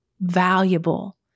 valuable